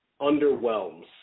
underwhelms